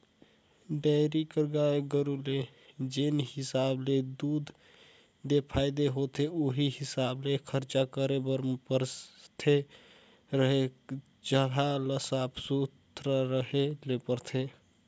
dairy कर गाय गरू ले जेन हिसाब ले दूद ले फायदा होथे उहीं हिसाब ले खरचा करे बर परथे, रहें कर जघा ल साफ सुथरा रखे ले परथे